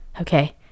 okay